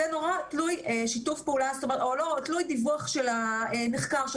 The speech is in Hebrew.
זה נורא תלוי דיווח של הנחקר,